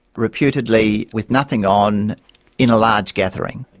reputedly with nothing on in a large gathering,